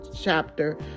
chapter